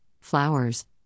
flowers